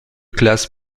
classes